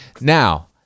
Now